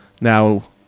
now